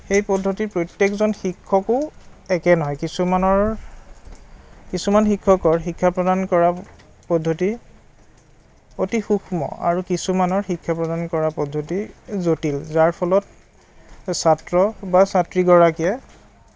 সেই পদ্ধতিৰ প্ৰত্যেকজন শিক্ষকো একে নহয় কিছুমানৰ কিছুমান শিক্ষকৰ শিক্ষা প্ৰদান কৰা পদ্ধতি অতি সুক্ষ্ম আৰু কিছুমানৰ শিক্ষা প্ৰদান কৰা পদ্ধতি জটিল যাৰ ফলত ছাত্ৰ বা ছাত্ৰীগৰাকীয়ে